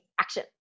action